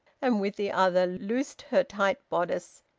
and with the other loosed her tight bodice,